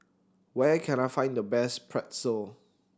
where can I find the best Pretzel